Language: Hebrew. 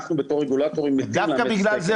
אנחנו בתור רגולטורים --- דווקא בגלל זה